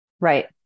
Right